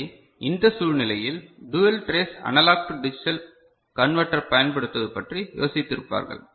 எனவே இந்த சூழ்நிலையில் dual trace analogue to digital converter பயன்படுத்துவது பற்றி யோசித்து இருப்பார்கள்